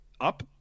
up